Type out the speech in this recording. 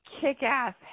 kick-ass